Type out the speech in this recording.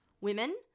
women